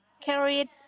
carried